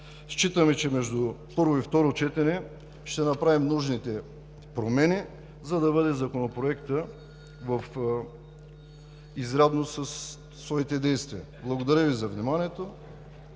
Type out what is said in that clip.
Считаме, че между първо и второ четене ще направим нужните промени, за да бъде Законопроектът в изрядност със своите действия. Благодаря Ви за вниманието.